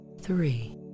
three